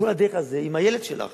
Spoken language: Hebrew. כל הדרך הזו עם הילד שלך,